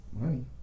Money